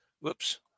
Whoops